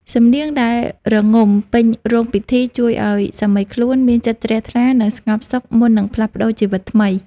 សំនៀងដែលរងំពេញរោងពិធី ជួយឱ្យសាមីខ្លួនមានចិត្តជ្រះថ្លា និងស្ងប់សុខមុននឹងផ្លាស់ប្តូរជីវិតថ្មី។